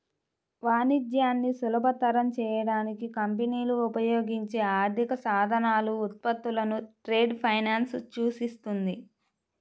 వాణిజ్యాన్ని సులభతరం చేయడానికి కంపెనీలు ఉపయోగించే ఆర్థిక సాధనాలు, ఉత్పత్తులను ట్రేడ్ ఫైనాన్స్ సూచిస్తుంది